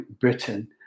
Britain